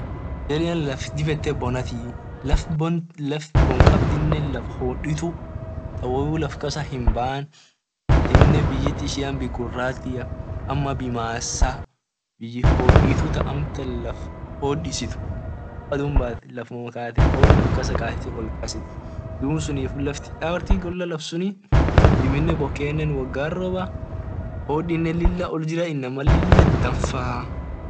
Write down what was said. Algeria laf dib et bonayatii laf bon kabdine laf hoditu ta woyu laf kasa hinban ta amine biyit ishia guratia amine bimasa bihoditu amine ta amtan laf hodisit mal adhun bat hod laf kasa kaa dub sunifu laf gola suni hiarti amine bokene wogan roba hodine lila oljira inamane lila danfaa.